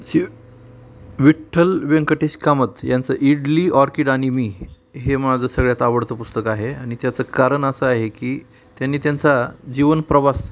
श्री विठ्ठल व्यंकटेश कामत यांचं इडली ऑर्किड आणि मी हे माझं सगळ्यात आवडतं पुस्तक आहे आणित्याचं कारण असं आहे की त्यांनी त्यांचा जीवनप्रवास